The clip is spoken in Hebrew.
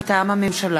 מטעם הממשלה: